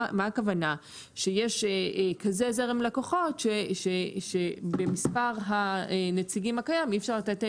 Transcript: הכוונה היא שיש זרם לקוחות שבמספר הנציגים הקיים אי אפשר לתת את המענה.